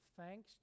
thanks